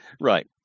Right